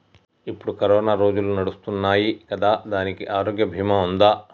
ఇప్పుడు కరోనా రోజులు నడుస్తున్నాయి కదా, దానికి ఆరోగ్య బీమా ఉందా?